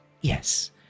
Yes